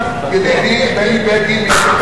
כי לא הייתי חבר איגוד מקצועי.